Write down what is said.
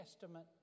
Testament